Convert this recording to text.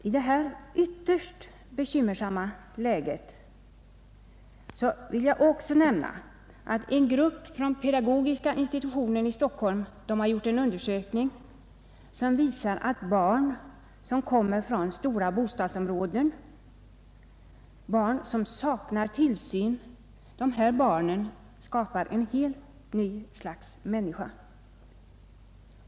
I detta ytterst bekymmersamma läge vill jag också nämna att en grupp från pedagogiska institutionen i Stockholm har gjort en undersökning som visar att barn som kommer från stora bostadsområden och som saknar tillsyn ger upphov till ett nytt slags människa.